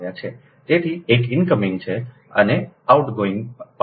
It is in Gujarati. તેથી એક ઇનકમિંગ છે એ આઉટગોઇંગ પાથ છે